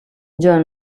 john